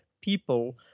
people